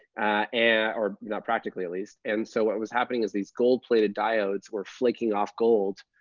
and or not practically, at least. and so what was happening is these gold-plated diodes were flaking off gold,